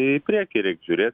į priekį reik žiūrėt